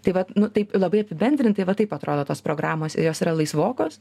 tai vat nu taip labai apibendrintai va taip atrodo tos programos ir jos yra laisvokos